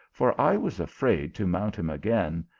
for i was afraid to mount him again,